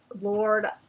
Lord